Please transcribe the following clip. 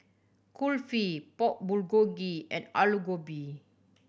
Kulfi Pork Bulgogi and Alu Gobi